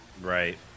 Right